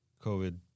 COVID